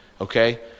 Okay